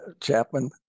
Chapman